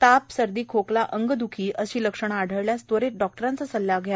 ताप सर्दी खोकला अंगदखी असे लक्षणे आढळल्यास त्वरीत डॉक्टरांचा सल्ला घ्या